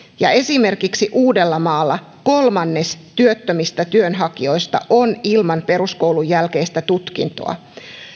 ja esimerkiksi uudellamaalla kolmannes työttömistä työnhankijoista on ilman peruskoulun jälkeistä tutkintoa